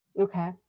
Okay